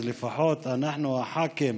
אז לפחות אנחנו הח"כים